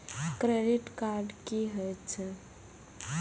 Credit card की हे छे?